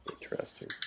Interesting